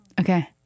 Okay